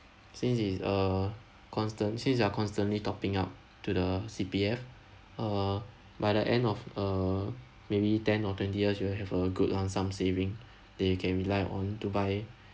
since it's a constant since you're constantly topping up to the C_P_F uh by the end of uh maybe ten or twenty years you will have a good lump sum saving that you can rely on to buy